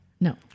No